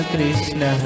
Krishna